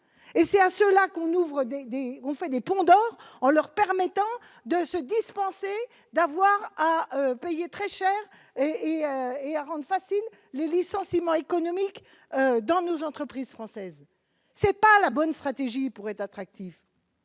et c'est à cela qu'on ouvre, on fait des ponts d'or en leur permettant de se dispenser d'avoir à payer très cher et et a rendu facile les licenciements économiques dans nos entreprises françaises c'est pas la bonne stratégie pour être attractive